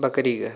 बकरी का